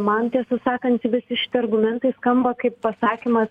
man tiesą sakant visi šitie argumentai skamba kaip pasakymas